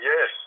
Yes